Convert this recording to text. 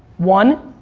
one,